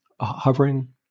hovering